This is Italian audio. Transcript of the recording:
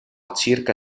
circa